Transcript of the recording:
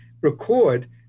record